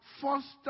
foster